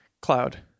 Cloud